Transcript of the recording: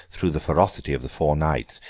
through the ferocity of the four knights,